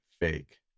fake